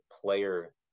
player